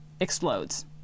explodes